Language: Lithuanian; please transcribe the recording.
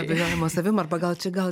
abejojimo savim arba gal čia gal